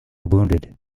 wounded